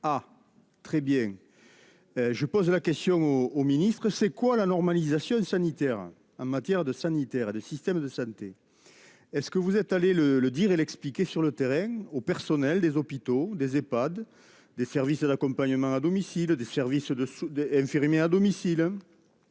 Ah très bien. Je pose la question au au ministre. C'est quoi la normalisation sanitaire en matière de sanitaire et de systèmes de santé. Est-ce que vous êtes allés le le dire et l'expliquer sur le terrain au personnel des hôpitaux, des Ehpads, des services d'accompagnement à domicile des services de des infirmiers à domicile.